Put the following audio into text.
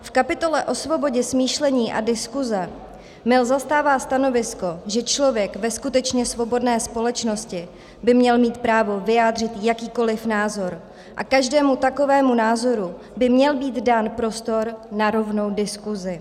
V kapitole o svobodě smýšlení a diskuse Mill zastává stanovisko, že člověk ve skutečně svobodné společnosti by měl mít právo vyjádřit jakýkoli názor a každému takovému názoru by měl být dán prostor na rovnou diskusi.